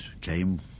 came